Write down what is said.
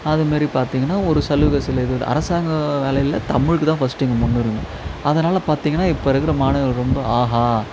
அதுமாரி பார்த்திங்கன்னா ஒரு சலுகை சில இதில் அரசாங்க வேலையில் தமிழுக்கு தான் ஃபஸ்ட் இங்கே முன்னுரிமை அதனால் பார்த்திங்கன்னா இப்போ இருக்கிற மாணவர்கள் ரொம்ப ஆகா